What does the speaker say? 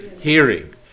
hearing